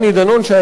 שהיה כאן,